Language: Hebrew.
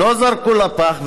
לא זרקו לפח.